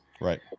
Right